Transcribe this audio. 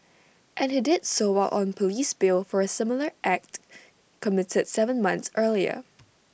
and he did so while on Police bail for A similar act committed Seven months earlier